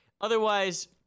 otherwise